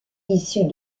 issus